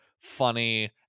funny